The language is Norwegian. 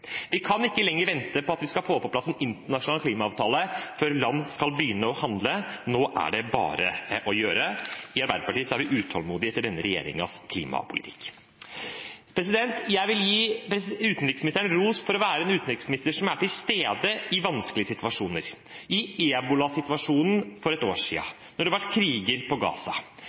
Vi må ikke lenger vente på å få på plass en internasjonal klimaavtale for at land skal begynne å handle. Nå er det bare å gjøre noe. I Arbeiderpartiet er vi utålmodige etter denne regjeringens klimapolitikk. Jeg vil gi utenriksministeren ros for å være en utenriksminister som er til stede i vanskelige situasjoner – i ebola-situasjonen for et år siden, når det har vært kriger i Gaza.